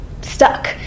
stuck